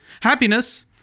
Happiness